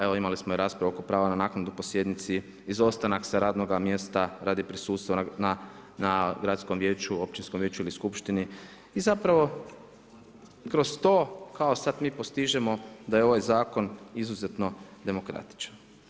Evo imali smo i raspravu oko prava na naknadu po sjednici, izostanak sa radnoga mjesta radi prisustva na Gradskom vijeću, Općinskom vijeću ili Skupštini i zapravo kroz to kao sad mi postižemo da je ovaj zakon izuzetno demokratičan.